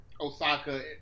Osaka